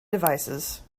devices